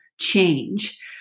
change